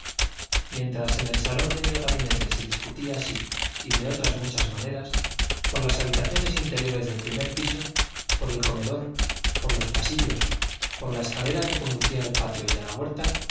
mientras en el salón y en el gabinete se discutía así y de otras muchas maneras por las habitaciones interiores del primer piso por el comedor por los pasillos por la escalera que conducía al patio y a la huerta